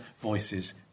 voices